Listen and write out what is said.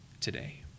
today